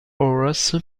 horace